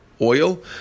oil